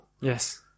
Yes